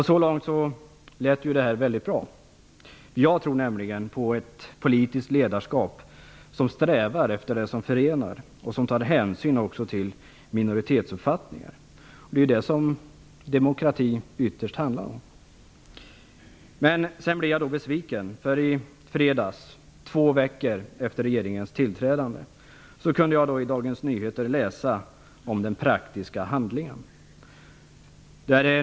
Så långt lät det väldigt bra. Jag tror nämligen på ett politiskt ledarskap som strävar efter det som förenar och som tar hänsyn också till minoritetsuppfattningar. Det är det som demokratin ytterst handlar om. Sedan blev jag besviken när jag i fredags - två veckor efter regeringens tillträde - kunde läsa i Dagens Nyheter om den praktiska handlingen.